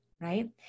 Right